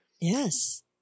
yes